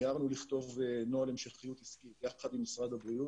מיהרנו לכתוב נוהל המשכיות עסקית יחד עם משרד הבריאות,